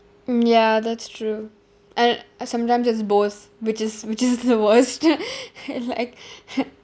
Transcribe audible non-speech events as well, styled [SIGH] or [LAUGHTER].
mm ya that's true and and sometimes it's both which is which is the worst [LAUGHS] [BREATH] like [BREATH] [LAUGHS]